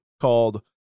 called